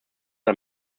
are